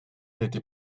n’était